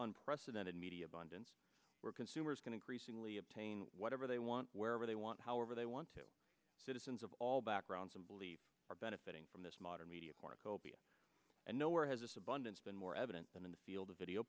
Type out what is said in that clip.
unprecedented media abundance where consumers can increasingly obtain whatever they want wherever they want however they want to citizens of all backgrounds and beliefs are benefiting from this modern media cornucopia and nowhere has this abundance been more evident than in the field of video